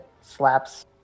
slaps